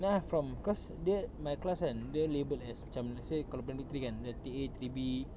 then from cause dia my class kan dia label as macam let's say kalau primary three kan dia three A three B